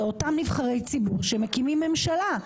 זה אותם נבחרי ציבור שמקימים ממשלה.